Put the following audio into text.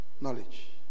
knowledge